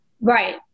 right